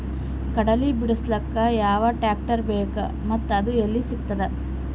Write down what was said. ಕಡಲಿ ಬಿಡಿಸಲಕ ಯಾವ ಟ್ರಾಕ್ಟರ್ ಬೇಕ ಮತ್ತ ಅದು ಯಲ್ಲಿ ಸಿಗತದ?